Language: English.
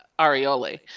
areole